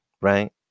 right